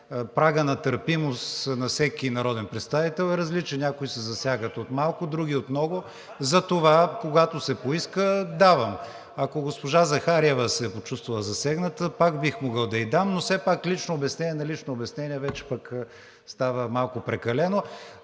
прагът на търпимост на всеки народен представител е различен – някои се засягат от малко, други от много. Затова, когато се поиска, давам. Ако госпожа Захариева се е почувствала засегната, пак бих могъл да ѝ дам, но все пак лично обяснение на личното обяснение става вече малко прекалено.